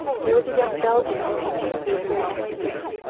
there was a young belgian officer who was very kind to me.